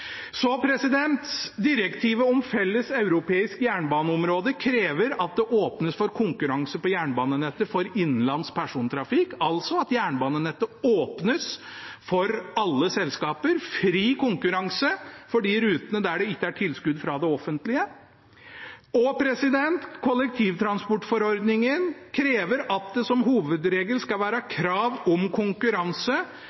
Så: Direktivet om felles europeisk jernbaneområde krever at det åpnes for konkurranse på jernbanenettet for innenlands persontrafikk, altså at jernbanenettet åpnes for alle selskaper – fri konkurranse på de rutene der det ikke er tilskudd fra det offentlige. Og ifølge kollektivtransportforordningen skal det som hovedregel være